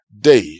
day